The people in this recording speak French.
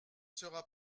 sera